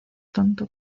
tonto